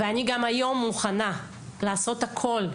אני גם היום מוכנה לעשות הכול,